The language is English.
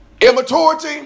Immaturity